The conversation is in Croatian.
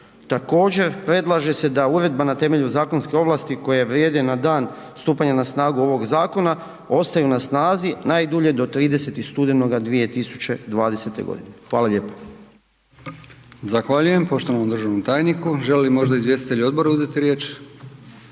Također, predlaže se da uredbama na temelju zakonske ovlasti koje vrijede na dan stupanja na snagu ovoga zakona, ostaju na snazi najdulje do 30. studenoga 2020. g. Hvala lijepo.